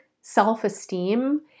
self-esteem